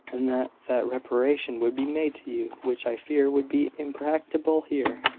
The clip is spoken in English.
and that that reparation would be made to you which i fear would be impracticable here.